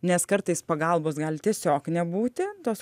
nes kartais pagalbos gali tiesiog nebūti tos